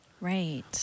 Right